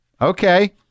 Okay